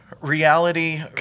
reality